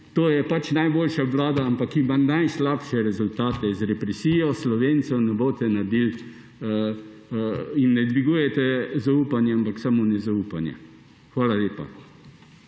to je pač najboljša vlada, ampak ima najslabše rezultate. Z represijo Slovencem ne dvigujete zaupanja, ampak samo nezaupanje. Hvala lepa.